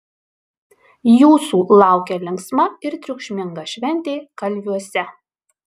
jūsų laukia linksma ir triukšminga šventė kalviuose